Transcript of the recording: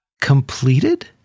Completed